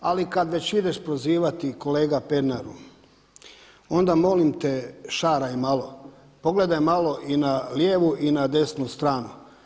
Ali kada već ideš prozivati kolega Pernaru onda molim te šaraj malo, pogledaj malo i na lijevu i na desnu stranu.